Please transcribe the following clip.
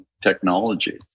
technology